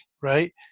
right